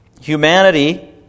Humanity